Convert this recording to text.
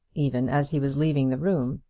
even as he was leaving the room,